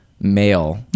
male